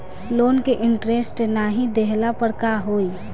Loan के interest नाही देहले पर का होई?